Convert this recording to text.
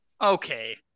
Okay